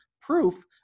proof